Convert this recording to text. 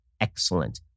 Excellent